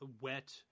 wet